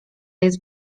jest